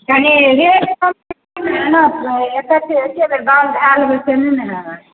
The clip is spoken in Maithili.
कनी रेट कम सम एकेबेर एतेक दाम लऽ लेबै से नहि ने हैत